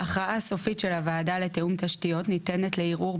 הכרעה סופית של הוועדה לתיאום תשתיות ניתנת לערעור,